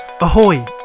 Ahoy